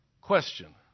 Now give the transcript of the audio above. Question